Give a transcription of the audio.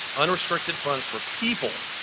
unrestricted funds for people.